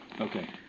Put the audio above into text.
Okay